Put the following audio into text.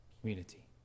community